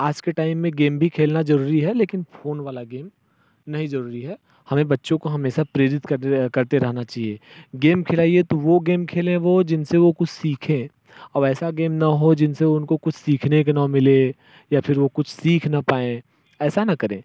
आज के टाइम में गेम भी खेलना जरूरी है लेकिन फोन वाला गेम नहीं जरूरी है हमें बच्चों को हमेशा प्रेरित करते करते रहना चाहिए गेम खिलाइए तो वो गेम खेलें वो जिनसे वो कुछ सीखे वैसा गेम न हो जिनसे उनको कुछ सीखने को न मिले या फिर वो कुछ सीख ना पाएँ ऐसा न करें